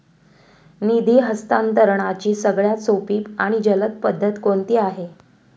निधी हस्तांतरणाची सगळ्यात सोपी आणि जलद पद्धत कोणती आहे?